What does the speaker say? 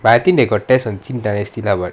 but I think they got test on qing dynasty lah but